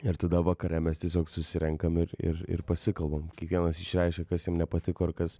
ir tada vakare mes tiesiog susirenkam ir ir ir pasikalbam kiekvienas išreiškia kas jiem nepatiko ar kas